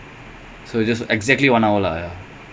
for now ya